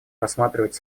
рассматривать